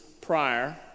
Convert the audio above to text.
prior